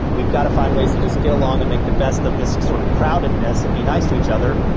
we've got to find ways to just get along and make the best of this sort of crowdedness and be nice to each other.